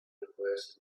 requests